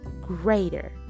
greater